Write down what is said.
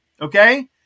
Okay